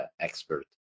expert